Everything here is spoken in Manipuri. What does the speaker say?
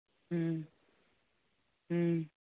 ꯎꯝ ꯎꯝ